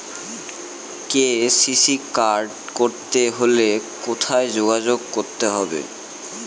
KCC card করতে হলে কোথায় যোগাযোগ করতে হবে?